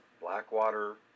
Blackwater